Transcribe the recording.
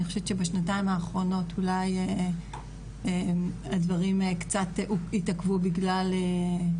אני חושבת שבשנתיים האחרונות הדברים קצת התעכבו בגלל ענייני הקורונה.